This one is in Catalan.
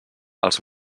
els